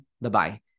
Bye-bye